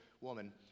woman